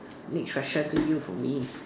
next question to you from me